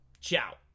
Ciao